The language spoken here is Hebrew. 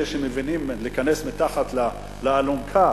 אלה שמבינים, להיכנס מתחת לאלונקה.